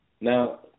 Now